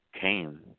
came